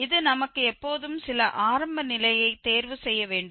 இது நமக்கு எப்போதும் சில ஆரம்ப நிலையைத் தேர்வு செய்ய வேண்டும்